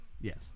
Yes